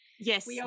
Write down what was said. Yes